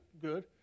good